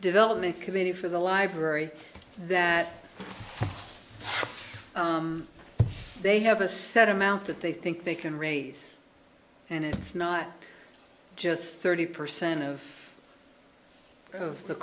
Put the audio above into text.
development committee for the library that they have a set amount that they think they can raise and it's not just thirty percent of of the